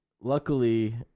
Luckily